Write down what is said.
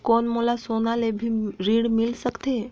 कौन मोला सोना ले भी ऋण मिल सकथे?